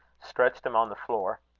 stretched him on the floor.